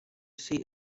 seat